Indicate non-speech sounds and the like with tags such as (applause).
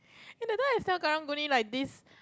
(laughs) that time I sell karang-guni like this